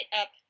up